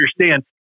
understand